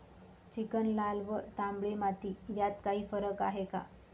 Chicken, लाल व तांबडी माती यात काही फरक आहे का?